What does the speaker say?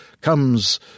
comes